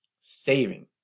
saving